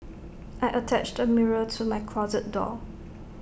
I attached A mirror to my closet door